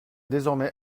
désormais